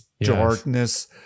darkness